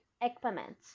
equipment